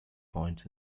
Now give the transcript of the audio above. points